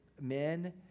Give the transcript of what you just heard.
men